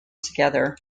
together